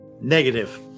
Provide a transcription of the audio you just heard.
Negative